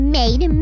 made